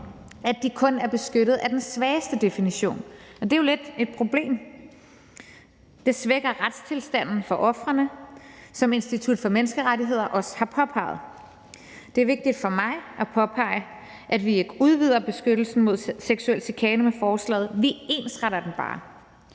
at de kun er beskyttet af den svageste definition, og det er jo lidt et problem. Det svækker retstilstanden for ofrene, som Institut for Menneskerettigheder også har påpeget. Det er vigtigt for mig at påpege, at vi ikke udvider beskyttelsen mod seksuel chikane med forslaget, vi ensretter den bare.